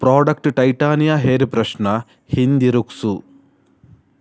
product titanium hair ಬ್ರಷ್ನ ಹಿಂದಿರುಗಿಸು